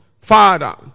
Father